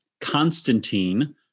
Constantine